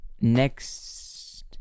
Next